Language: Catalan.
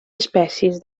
espècies